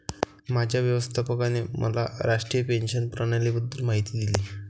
माझ्या व्यवस्थापकाने मला राष्ट्रीय पेन्शन प्रणालीबद्दल माहिती दिली